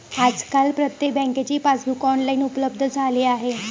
आजकाल प्रत्येक बँकेचे पासबुक ऑनलाइन उपलब्ध झाले आहे